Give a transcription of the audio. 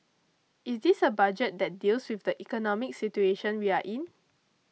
is this a budget that deals with the economic situation we are in